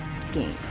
skiing